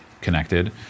connected